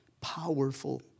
powerful